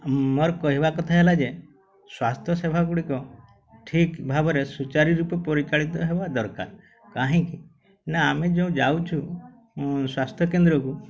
ମୋର କହିବା କଥା ହେଲା ଯେ ସ୍ୱାସ୍ଥ୍ୟ ସେବା ଗୁଡ଼ିକ ଠିକ୍ ଭାବରେ ସୁଚାରୁ ରୂପେ ପରିଚାଳିତ ହେବା ଦରକାର କାହିଁକି ନା ଆମେ ଯୋଉ ଯାଉଛୁ ସ୍ୱାସ୍ଥ୍ୟକେନ୍ଦ୍ରକୁ